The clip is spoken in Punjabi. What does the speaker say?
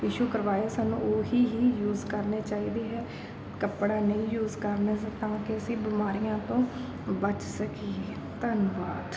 ਇਸ਼ੂ ਕਰਵਾਏ ਸਾਨੂੰ ਉਹ ਹੀ ਯੂਸ ਕਰਨੇ ਚਾਹੀਦੇ ਹੈ ਕੱਪੜਾ ਨਹੀਂ ਯੂਸ ਕਰਨਾ ਤਾਂ ਕਿ ਅਸੀਂ ਬਿਮਾਰੀਆਂ ਤੋਂ ਬਚ ਸਕੀਏ ਧੰਨਵਾਦ